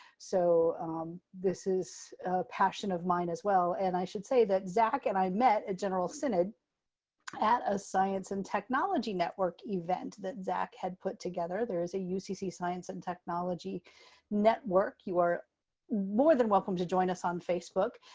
so this is a passion of mine as well. and i should say that zack and i met at general synod at a science and technology network event that zack had put together. there's a ucc science and technology network. you are more than welcome to join us on facebook.